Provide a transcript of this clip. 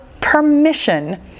permission